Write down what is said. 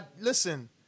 listen